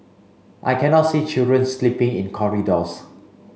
I cannot see children sleeping in corridors